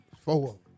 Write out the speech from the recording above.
Four